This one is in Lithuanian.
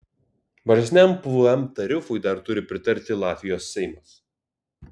mažesniam pvm tarifui dar turi pritarti latvijos seimas